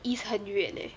east 很远 eh